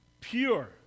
pure